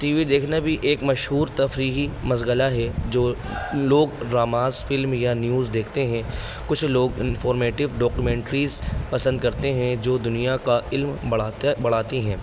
T V دیکھنا بھی ایک مشہور تفریحی مشغلہ ہے جو لوگ ڈراماز فلم یا نیوز دیکھتے ہیں کچھ لوگ انفارمیٹو ڈاکومینٹریز پسند کرتے ہیں جو دنیا کا علم بڑھاتے بڑھاتی ہیں